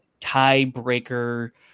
tiebreaker